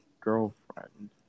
girlfriend